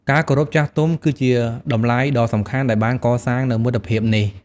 ការគោរពចាស់ទុំ គឺជាតម្លៃដ៏សំខាន់ដែលបានកសាងនូវមិត្តភាពនេះ។